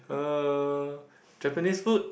uh Japanese food